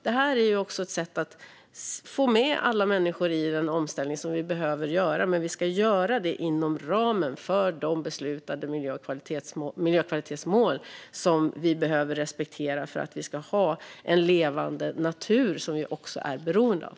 Det är också ett sätt att få med alla människor i den omställning vi behöver göra. Men vi ska göra det inom ramen för de beslutade miljökvalitetsmål som vi behöver respektera för att vi ska ha en levande natur, som vi också är beroende av.